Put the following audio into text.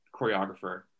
choreographer